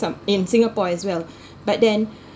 some in singapore as well but then